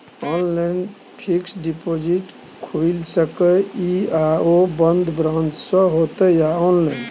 Online fixed deposit खुईल सके इ आ ओ बन्द ब्रांच स होतै या ऑनलाइन?